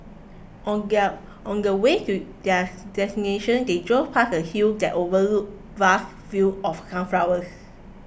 on their on the way to their destination they drove past a hill that overlooked vast fields of sunflowers